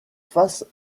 face